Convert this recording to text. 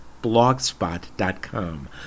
blogspot.com